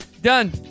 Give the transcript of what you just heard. Done